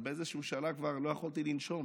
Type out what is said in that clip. אבל באיזה שלב כבר לא יכולתי לנשום: